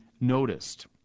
noticed